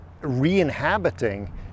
re-inhabiting